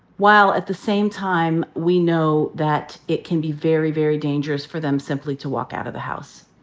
while at the same time we know that it can be very, very dangerous for them simply to walk out of the house?